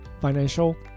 financial